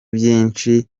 byinshi